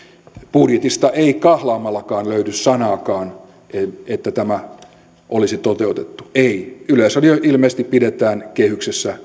budjetista ei kahlaamallakaan löydy sanaakaan että tämä olisi toteutettu ei yleisradio ilmeisesti pidetään kehyksessä